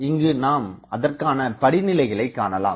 இங்கு நாம் அதற்கான படிநிலைகளைக் காணலாம்